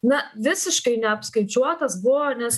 na visiškai neapskaičiuotas buvo nes